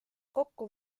kokku